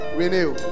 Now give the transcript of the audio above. renew